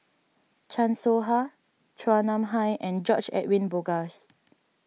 Chan Soh Ha Chua Nam Hai and George Edwin Bogaars